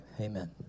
Amen